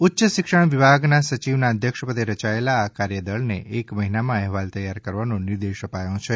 ઉચ્યશિક્ષણ વિભાગના સચિવના અધ્યક્ષપદે રચાયેલા આ કાર્યદળને એક મહિનામાં અહેવાલ તૈયાર કરવાનો નિર્દેશ અપાયો છે